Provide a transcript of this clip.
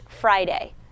Friday